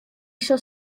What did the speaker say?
shall